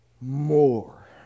more